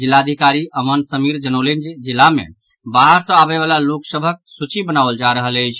जिलाधिकारी अमन समीर जनौलनि जे जिला मे बाहर सॅ आबय वला लोक सभक सूची बनाओल जा रहल अछि